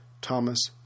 Thomas